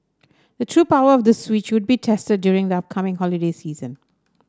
the true power of the Switch would be tested during the upcoming holiday season